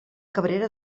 cabrera